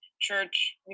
church